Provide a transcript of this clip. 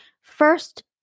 first